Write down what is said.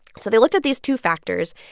so they looked at these two factors,